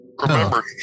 Remember